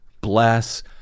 bless